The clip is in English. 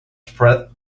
threat